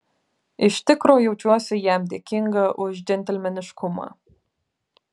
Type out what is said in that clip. iš tikro jaučiuosi jam dėkinga už džentelmeniškumą